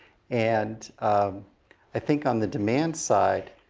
and i think on the demand side,